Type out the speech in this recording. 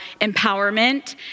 empowerment